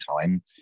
time